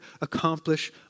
accomplish